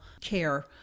care